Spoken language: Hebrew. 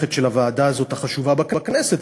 המתמשכת של הוועדה הזאת החשובה בכנסת,